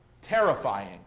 Terrifying